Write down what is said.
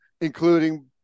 including